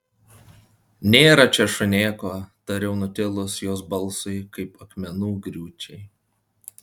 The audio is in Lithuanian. nėra čia šunėko tariau nutilus jos balsui kaip akmenų griūčiai